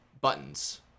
buttons